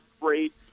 great